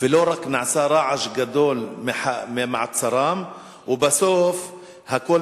ולא רק נעשה רעש גדול ממעצרם ובסוף הכול